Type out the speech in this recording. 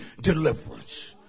deliverance